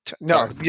No